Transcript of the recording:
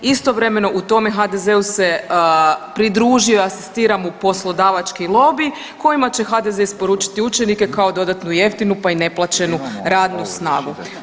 Istovremeno tome HDZ-u se pridružio, asistira mu poslodavački lobij kojima će HDZ isporučiti učenike kao dodatnu jeftinu, pa i neplaćenu radnu snagu.